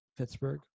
Pittsburgh